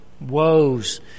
woes